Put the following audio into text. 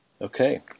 Okay